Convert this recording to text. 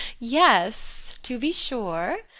yes, to be sure!